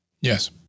Yes